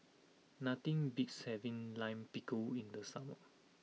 nothing beats having Lime Pickle in the summer